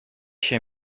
się